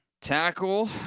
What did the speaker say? Tackle